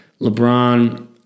LeBron